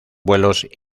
vuelos